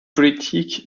politiques